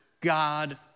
God